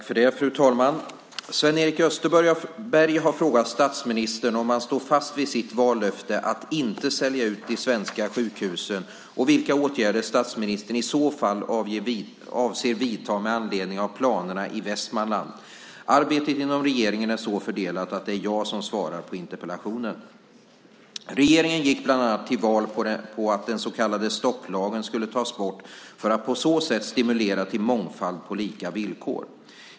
Fru talman! Sven-Erik Österberg har frågat statsministern om han står fast vid sitt vallöfte att inte sälja ut de svenska sjukhusen och vilka åtgärder statsministern i så fall avser att vidta med anledning av planerna i Västmanland. Arbetet inom regeringen är så fördelat att det är jag som svarar på interpellationen. Regeringen gick bland annat till val på att den så kallade stopplagen skulle tas bort för att på så sätt stimulera till mångfald på lika villkor.